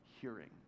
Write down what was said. hearing